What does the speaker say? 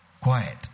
quiet